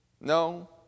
No